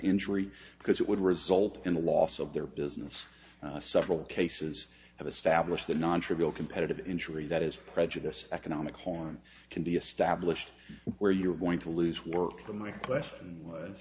injury because it would result in the loss of their business several cases of established a non trivial competitive injury that is prejudiced economic harm can be established where you're going to lose work from my question